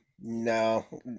No